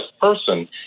person